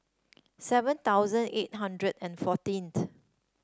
seven thousand eight hundred and fourteenth